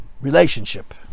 relationship